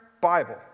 Bible